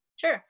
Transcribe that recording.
Sure